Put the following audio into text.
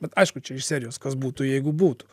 bet aišku čia iš serijos kas būtų jeigu būtų